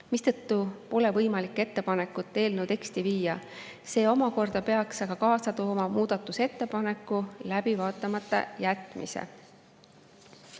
Seetõttu pole võimalik ettepanekut eelnõu teksti viia. See omakorda peaks kaasa tooma nende muudatusettepanekute läbi vaatamata jätmise.